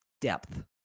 depth